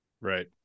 Right